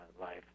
life